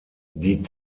die